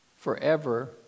forever